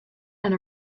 and